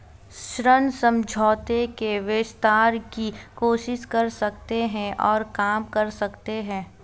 ऋण समझौते के विस्तार की कोशिश कर सकते हैं और काम कर सकते हैं